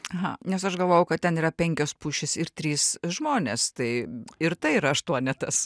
aha nes aš galvojau kad ten yra penkios pušys ir trys žmonės tai ir tai yra aštuonetas